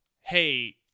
hey